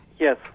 Yes